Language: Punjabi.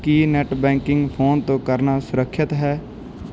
ਕੀ ਨੈੱਟ ਬੈਕਿੰਗ ਫੋਨ ਤੋਂ ਕਰਨਾ ਸੁਰੱਖਿਅਤ ਹੈ